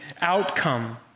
outcome